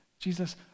Jesus